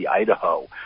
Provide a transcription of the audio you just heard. Idaho